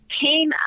came